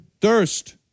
thirst